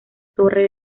torre